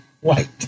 White